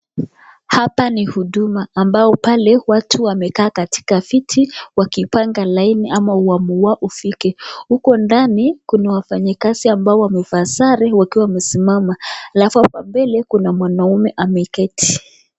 Hapa ni huduma ambao pale watu wamekaa katika viti wakipanga laini ama awamu wao ufike. Huko ndani kuna wafanyikazi ambao wamevaa sare wakiwa wamesimama alafu hapa mbele kuna mwanaume ameketi.